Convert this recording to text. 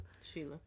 Sheila